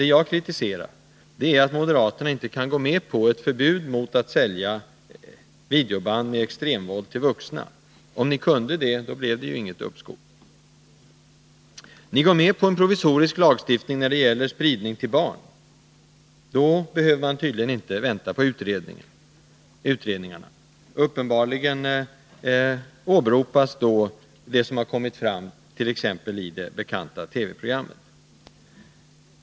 Det jag kritiserar är att moderaterna inte kan gå med på ett förbud mot att sälja extremvåld till vuxna. Om ni gjorde det, blev det ju inget uppskov. Ni moderater går med på en provisorisk lagstiftning när det gäller spridning till barn. Då behöver man tydligen inte vänta på utredningarna. Uppenbarligen åberopas då det som har kommit fram t.ex. i det bekanta TV-programmet.